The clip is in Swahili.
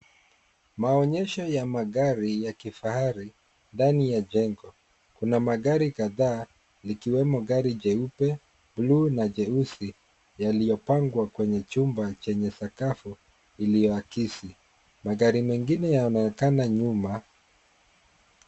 Maonyesho ya magari ya kifahari ndani ya jengo. Kuna magari kadhaa, likiwemo gari jeupe, buluu na jeusi, yaliyopangwa kwenye chumba chenye sakafu iliyoakisi. Magari mengine yanaonekana nyuma.